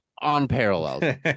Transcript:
Unparalleled